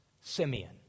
Simeon